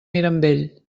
mirambell